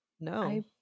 no